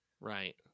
Right